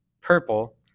purple